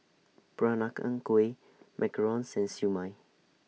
Peranakan Kueh Macarons and Siew Mai